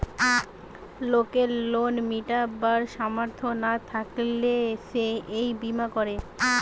লোকের লোন মিটাবার সামর্থ না থাকলে সে এই বীমা করে